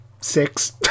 six